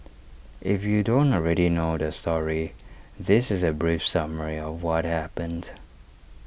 if you don't already know the story this is A brief summary of what happened